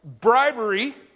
bribery